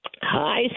Hi